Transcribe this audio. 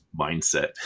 mindset